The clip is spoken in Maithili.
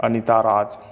अनिता राज